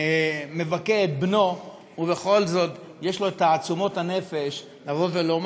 מבכה את בנו, ובכל זאת יש לו תעצומות נפש לומר: